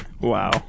Wow